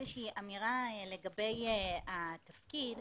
איזושהי אמירה לגבי התפקיד.